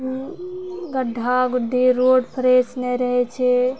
ओ गड्ढा गुढ्ढी road fresh नहि रहै छै